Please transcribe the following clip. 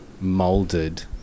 molded